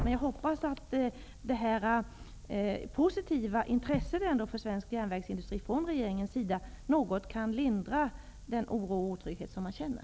Men jag hoppas att regeringens ändå positiva intresse för svensk järnvägsindustri något kan lindra den oro och otrygghet som man känner.